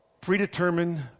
predetermined